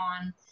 on